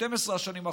ב-12 השנים האחרונות,